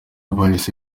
bahise